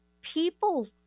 people